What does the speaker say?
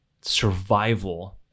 survival